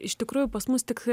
iš tikrųjų pas mus tik